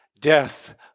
death